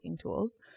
tools